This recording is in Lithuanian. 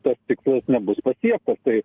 tas tikslas nebus pasiektas tai